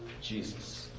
Jesus